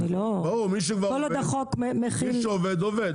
מי שכבר עובד כבר עובד,